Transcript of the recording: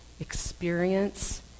experience